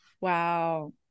Wow